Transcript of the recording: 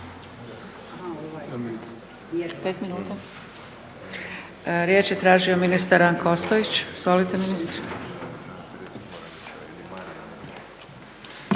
Riječ je tražio ministar Ranko Ostojić. Izvolite ministre.